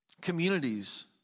Communities